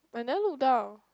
I never look down